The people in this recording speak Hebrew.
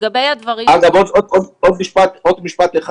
עוד משפט אחד.